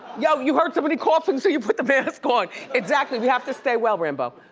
yo, you heard somebody coughing, so you put the mask on. exactly, we have to stay well, rambo.